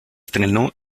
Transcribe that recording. estrenó